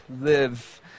live